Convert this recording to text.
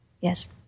Yes